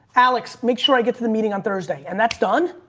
alex, make sure i get to the meeting on thursday and that's done.